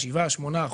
7% או 8%,